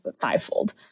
fivefold